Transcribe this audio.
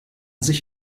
sich